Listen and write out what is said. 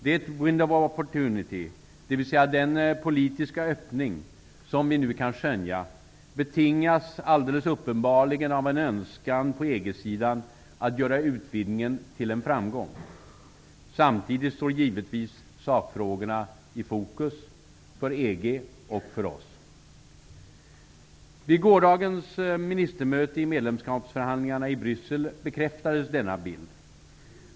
Det ''window of opportunity'', dvs. den politiska öppning, som vi nu kan skönja betingas alldeles uppenbart av en önskan från EG-sidan om att göra utvidgningen till en framgång. Samtidigt står givetvis sakfrågorna i fokus -- för EG och för oss. Vid gårdagens ministermöte vid medlemskapsförhandlingarna i Bryssel bekräftades denna bild.